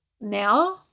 now